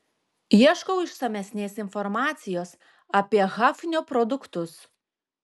ieškau išsamesnės informacijos apie hafnio produktus